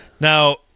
Now